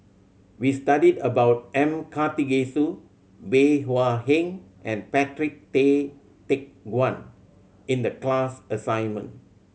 we studied about M Karthigesu Bey Hua Heng and Patrick Tay Teck Guan in the class assignment